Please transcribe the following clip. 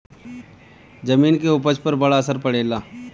जमीन के उपज पर बड़ा असर पड़ेला